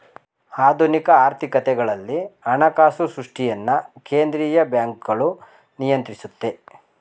ಆಧುನಿಕ ಆರ್ಥಿಕತೆಗಳಲ್ಲಿ ಹಣದ ಸೃಷ್ಟಿಯನ್ನು ಕೇಂದ್ರೀಯ ಬ್ಯಾಂಕ್ಗಳು ನಿಯಂತ್ರಿಸುತ್ತೆ